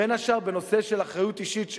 בין השאר בנושא של אחריות אישית,